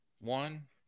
One